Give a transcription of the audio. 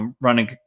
running